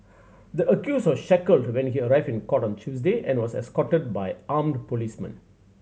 the accused was shackled when he arrived in court on Tuesday and was escorted by armed policemen